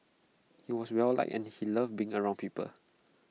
he was well liked and he loved being around people